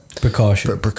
Precaution